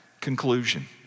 conclusion